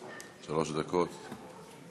שלוש דקות.